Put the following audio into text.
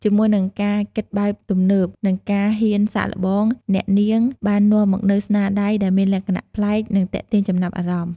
ជាមួយនឹងការគិតបែបទំនើប និងការហ៊ានសាកល្បង អ្នកនាងបាននាំមកនូវស្នាដៃដែលមានលក្ខណៈប្លែក និងទាក់ទាញចំណាប់អារម្មណ៍។